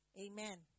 Amen